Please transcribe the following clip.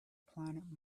planet